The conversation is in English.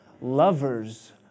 Lovers